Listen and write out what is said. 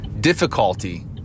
difficulty